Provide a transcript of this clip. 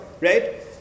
Right